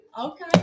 okay